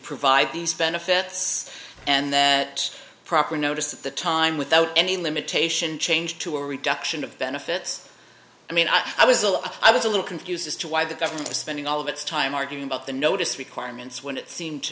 provide these benefits and that proper notice at the time without any limitation change to a reduction of benefits i mean i was ill i was a little confused as to why the government is spending all of its time arguing about the notice requirements when it seemed to